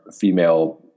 female